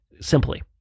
simply